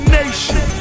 nation